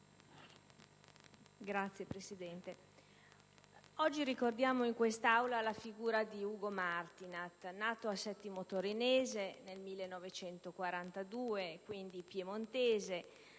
Signor Presidente, oggi ricordiamo in quest'Aula la figura di Ugo Martinat. Nato a Settimo Torinese nel 1942, dunque piemontese,